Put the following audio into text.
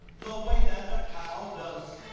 the way that a cow does